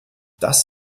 das